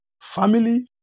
Family